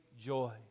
joy